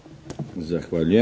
Zahvaljujem.